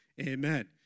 Amen